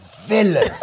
villain